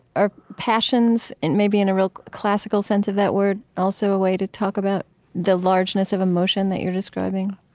are passions, and maybe, in a real classical sense of that word, also a way to talk about the largeness of emotion that you're describing?